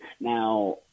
Now